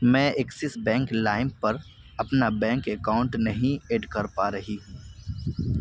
میں Axis bank lime پر اپنا بینک اکاؤنٹ نہیں ایڈ کر پا رہی ہوں